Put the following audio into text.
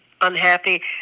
unhappy